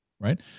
right